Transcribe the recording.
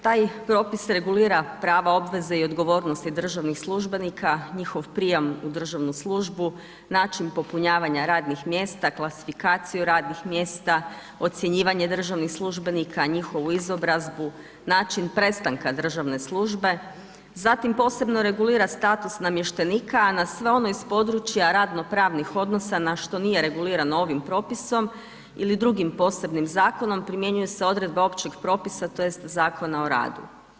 Taj propis regulira prava, obveze i dogovornosti državnih službenika, njihov prijem u državnu službu, način popunjavanja radnih mjesta, klasifikaciju radnih mjesta, ocjenjivanje državnih službenika, njihovu izobrazbu, način prestanka državne službe, zatim posebno regulira status namještenika a na sve ono iz područja radno-pravnih odnosa na što nije regulirano ovim propisom ili drugim posebnim zakonom, primjenjuje se odredba općeg propisa tj. Zakona o radu.